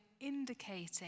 indicating